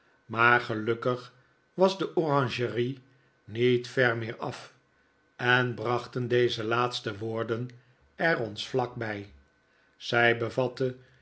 maar gelukkig was de oranjerie niet ver meer af en brachten deze laatste woorden er ons vlak bij zij bevatte